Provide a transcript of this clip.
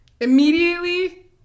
Immediately